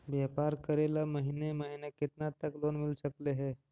व्यापार करेल महिने महिने केतना तक लोन मिल सकले हे?